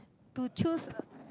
to choose